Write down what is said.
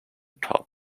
top